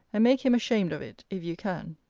and make him ashamed of it, if you can.